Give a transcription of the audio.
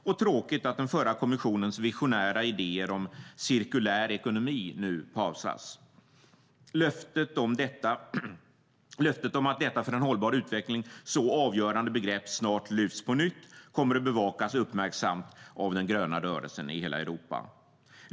Och det är tråkigt att den förra kommissionens visionära idéer om cirkulär ekonomi nu pausas. Löftet om att detta för en hållbar utveckling så avgörande begrepp snart lyfts upp på nytt kommer att bevakas uppmärksamt av den gröna rörelsen i hela Europa.